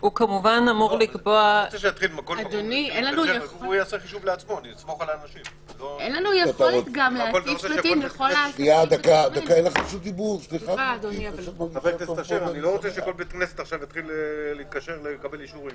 אני לא רוצה שכל בית כנסת יתקשר לקבל אישורים.